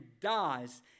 dies